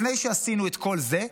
לפני שעשינו את כל זה,